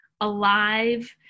alive